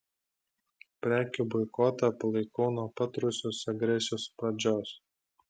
prekių boikotą palaikau nuo pat rusijos agresijos pradžios